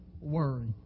worry